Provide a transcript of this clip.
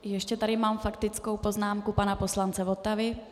Ještě tady mám faktickou poznámku pana poslance Votavy.